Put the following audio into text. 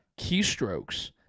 keystrokes